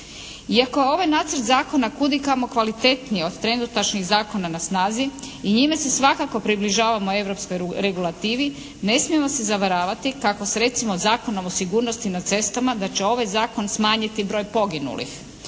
Iako je ovaj nacrt zakona kudikamo kvalitetniji od trenutačnih zakona na snazi i njime se svakako približavamo europskoj regulativi ne smijemo se zavaravati kako se recimo Zakonom o sigurnosti na cestama da će ovaj zakon smanjiti broj poginulih,